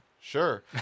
Sure